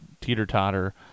teeter-totter